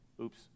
Oops